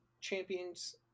champions